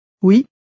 Oui